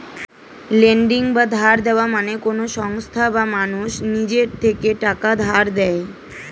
lending বা ধার দেওয়া মানে কোন সংস্থা বা মানুষ নিজের থেকে টাকা ধার দেয়